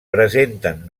presenten